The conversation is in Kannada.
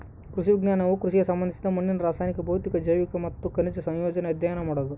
ಕೃಷಿ ವಿಜ್ಞಾನವು ಕೃಷಿಗೆ ಸಂಬಂಧಿಸಿದ ಮಣ್ಣಿನ ರಾಸಾಯನಿಕ ಭೌತಿಕ ಜೈವಿಕ ಮತ್ತು ಖನಿಜ ಸಂಯೋಜನೆ ಅಧ್ಯಯನ ಮಾಡೋದು